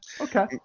Okay